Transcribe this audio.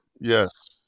Yes